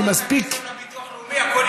אני מספיק יודע,